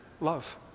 love